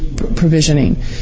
provisioning